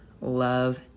love